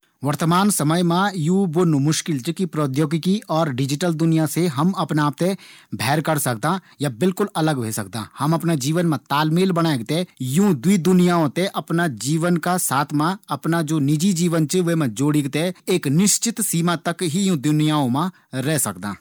वर्तमान समय मा यू बोल्नु मुश्किल च कि प्रोद्योगिकी और डिजिटल दुनिया से हम अपना आप थें भैर करी सकदां। या बिल्कुल अलग ह्वे सकदां। हम अपना जीवन मा तालमेल बणेक थें यूँ दूयों दुनियाओं थें जीवन का साथ मा अपना निजी जीवन मा जोड़ी थें एक निश्चित सीमाओं तक हीं दुनियाओं मा रै सकदां।